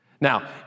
Now